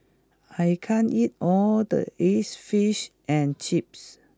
I can't eat all of this fish and chips